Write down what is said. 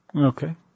Okay